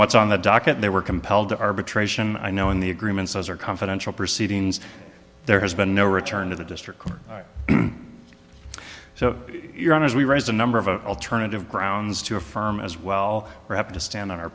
what's on the docket they were compelled to arbitration i know in the agreements those are confidential proceedings there has been no return to the district court so you're as we raise another of alternative grounds to affirm as well we have to stand on our